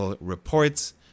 reports